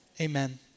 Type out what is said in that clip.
Amen